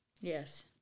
Yes